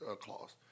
clause